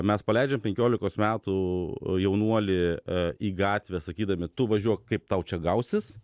mes paleidžiam penkiolikos metų jaunuolį į gatvę sakydami tu važiuok kaip tau čia gausis